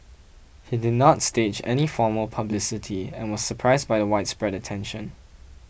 he did not stage any formal publicity and was surprised by the widespread attention